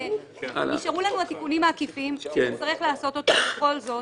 נשארו לנו התיקונים העקיפים שנצטרך לעשות אותם בכל זאת